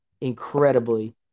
incredibly